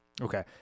Okay